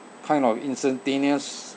kind of instantaneous